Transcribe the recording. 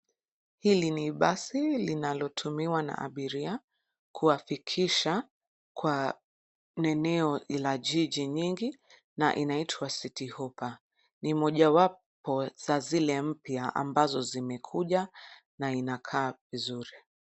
Hili ni basi linalotumiwa na abiria kuwafikisha kwa neneo ila jiji nyingi na inaitwa City Hoppa . Ni mojawapo za zile mpya ambazo zimekuja na inakaa vizuri.